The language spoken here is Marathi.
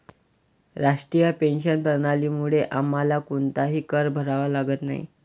राष्ट्रीय पेन्शन प्रणालीमुळे आम्हाला कोणताही कर भरावा लागत नाही